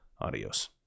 Adios